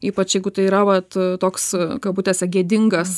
ypač jeigu tai yra vat toks kabutėse gėdingas